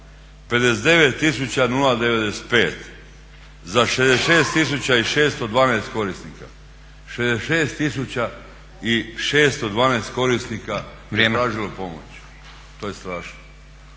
59095 za 66612 korisnika. 66612 korisnika je tražilo pomoć, to je strašno.